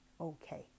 okay